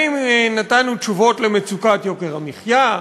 האם נתנו תשובות למצוקת יוקר המחיה?